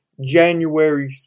January